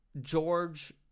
George